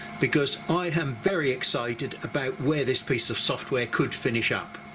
because i am very excited about where this piece of software could finish up.